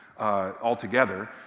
altogether